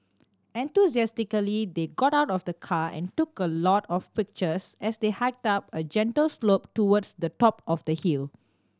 enthusiastically they got out of the car and took a lot of pictures as they hiked up a gentle slope towards the top of the hill